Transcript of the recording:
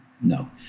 no